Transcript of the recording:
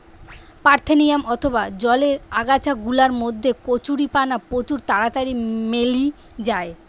parthenium অথবা জলের আগাছা গুলার মধ্যে কচুরিপানা প্রচুর তাড়াতাড়ি মেলি যায়